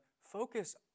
focus